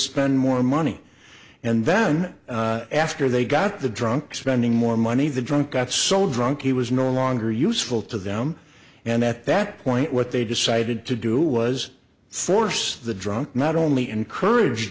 spend more money and then after they got the drunks spending more money the drunk got so drunk he was no longer useful to them and at that point what they decided to do was force the drunk not only encourage